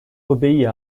obéit